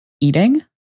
eating